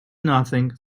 nothing